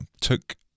took